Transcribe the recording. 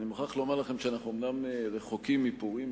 אני מוכרח לומר לכם שאנחנו אומנם רחוקים מפורים,